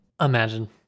Imagine